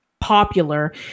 popular